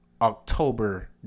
october